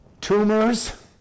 tumors